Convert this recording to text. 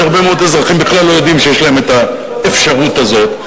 שהרבה מאוד אזרחים בכלל לא יודעים שיש להם האפשרות הזאת,